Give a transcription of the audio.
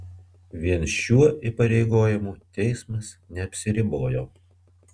vien šiuo įpareigojimu teismas neapsiribojo